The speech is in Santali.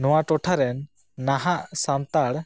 ᱱᱚᱣᱟ ᱴᱚᱴᱷᱟᱨᱮᱱ ᱱᱟᱦᱟᱜ ᱥᱟᱱᱛᱟᱲ